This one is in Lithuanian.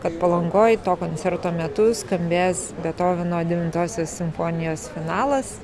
kad palangoj to koncerto metu skambės betoveno devintosios simfonijos finalas